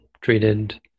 treated